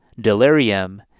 delirium